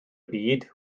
byd